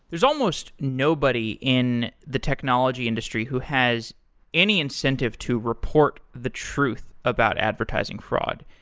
there's almost nobody in the technology industry who has any incentive to report the truth about advertising fraud.